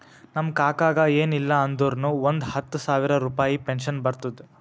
ನಮ್ ಕಾಕಾಗ ಎನ್ ಇಲ್ಲ ಅಂದುರ್ನು ಒಂದ್ ಹತ್ತ ಸಾವಿರ ರುಪಾಯಿ ಪೆನ್ಷನ್ ಬರ್ತುದ್